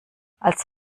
als